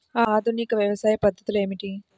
ఆధునిక వ్యవసాయ పద్ధతులు ఏమిటి?